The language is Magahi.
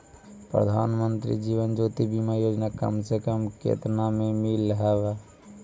प्रधानमंत्री जीवन ज्योति बीमा योजना कम से कम केतना में मिल हव